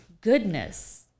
goodness